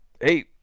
Hey